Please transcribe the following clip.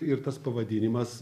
ir tas pavadinimas